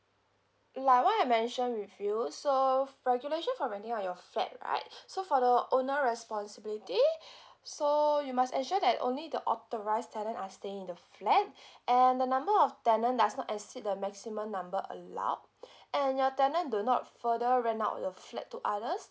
like what I mentioned with you so f~ regulation for renting out your flat right so for the owner responsibility so you must ensure that only the authorised tenant are staying in the flat and the number of tenant does not exceed the maximum number allowed and your tenant do not further rent out the flat to others